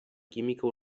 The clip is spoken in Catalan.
química